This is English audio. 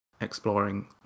exploring